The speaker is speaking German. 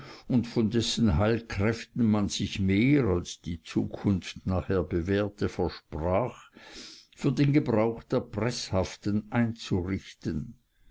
und von dessen heilkräften man sich mehr als die zukunft nachher bewährte versprach für den gebrauch der preßhaften einzurichten